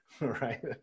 right